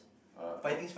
uh oh